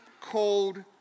called